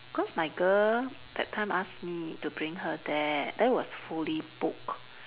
cause my girl that time ask me to bring her there then it was fully booked